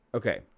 Okay